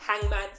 hangman